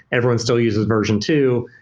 everyone still uses version two,